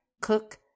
cook